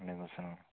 وعلیکُم سلام